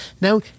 Now